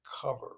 cover